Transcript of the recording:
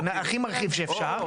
כן,